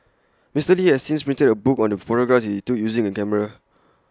Mister li has since printed A book on the photographs he took using the camera